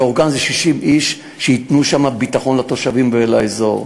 אורגן זה 60 איש שייתנו שם ביטחון לתושבים ולאזור.